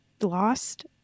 Lost